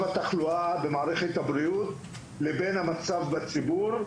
התחלואה במערכת הבריאות לבין המצב בציבור.